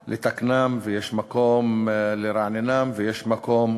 לתקנם, יש מקום לרעננם ויש מקום